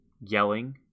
yelling